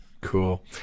Cool